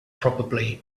probably